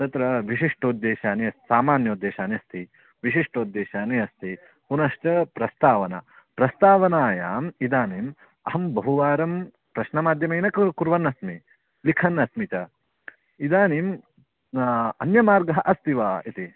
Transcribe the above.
तत्र विशिष्टोद्देशानि सामान्योद्देशानि अस्ति विशिष्टोद्देशानि अस्ति पुनश्च प्रस्तावना प्रस्तावनायाम् इदानीम् अहं बहुवारं प्रश्नमाध्यमेन कर् कुर्वन्नस्मि लिखन्नस्मि च इदानीं अन्यमार्गः अस्ति वा इति